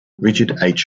richard